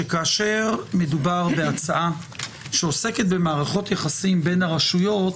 שכאשר מדובר בהצעה שעוסקת במערכות יחסים בין הרשויות,